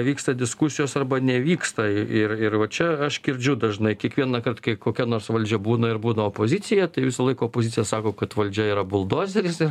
vyksta diskusijos arba nevyksta ir ir va čia aš girdžiu dažnai kiekvienąkart kai kokia nors valdžia būna ir būna opozicija tai visąlaik opozicija sako kad valdžia yra buldozeris ir